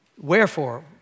Wherefore